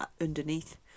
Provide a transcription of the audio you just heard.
underneath